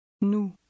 Nous